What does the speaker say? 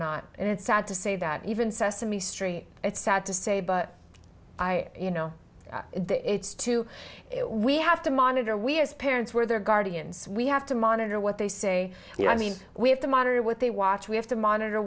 not and it's sad to say that even sesame street it's sad to say but i you know it's to we have to monitor we as parents where their guardians we have to monitor what they say and i mean we have to monitor what they watch we have to monitor